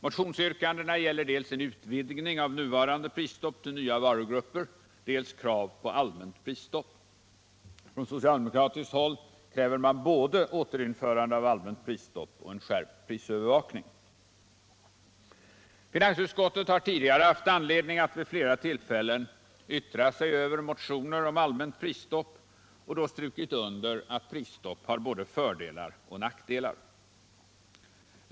Motionsyrkandena gäller dels en utvidgning av nuvarande prisstopp till nya varugrupper, dels krav på allmänt prisstopp. Från socialdemokratiskt håll kräver man både återinförande av allmänt prisstopp och en skärpt prisövervakning. Finansutskottet har tidigare vid flera tillfällen haft anledning att yttra sig över motioner om allmänt prisstopp och då strukit under att prisstopp har både fördelar och nackdelar.